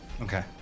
Okay